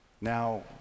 Now